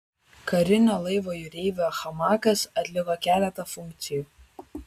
karinio laivo jūreivio hamakas atliko keletą funkcijų